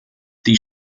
die